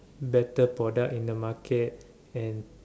better product in the market and